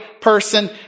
person